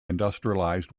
industrialized